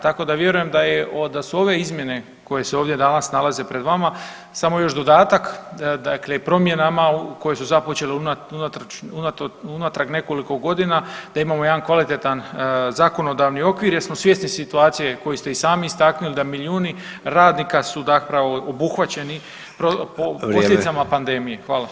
Tako da vjerujem da je, da su ove izmjene koje se ovdje danas nalaze pred vama samo još dodatak dakle promjenama koje su započele unatrag nekoliko godina, da imamo jedan kvalitetan zakonodavni okvir jer smo svjesni situacije koju ste i sami istaknuli da milijuni radnika su zapravo obuhvaćeni [[Upadica: Vrijeme.]] posljedicama pandemije.